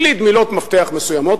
הקליד מילות מפתח מסוימות,